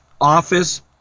office